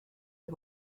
les